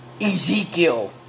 Ezekiel